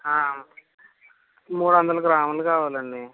మూడు వందల గ్రాములు కావాలండి